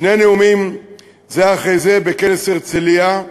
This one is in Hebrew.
שני נאומים זה אחרי זה בכנס הרצליה,